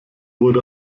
wurde